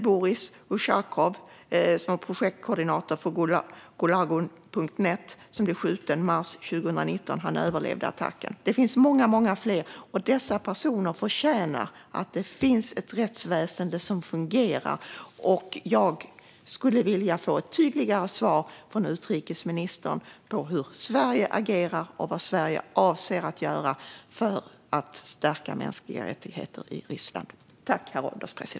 Boris Ushakov, projektkoordinator för gulagu.net, blev skjuten i mars 2019 - han överlevde attacken. Det finns många fler. Dessa personer förtjänar ett rättsväsen som fungerar. Jag skulle vilja få ett tydligare svar från utrikesministern om hur Sverige agerar och vad Sverige avser att göra för att stärka mänskliga rättigheter i Ryssland.